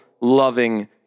loving